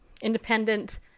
independent